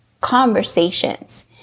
conversations